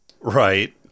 Right